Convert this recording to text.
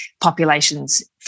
populations